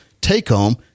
take-home